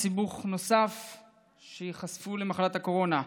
בסיבוך נוסף כשייחשפו למחלת הקורונה.